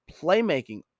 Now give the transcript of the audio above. playmaking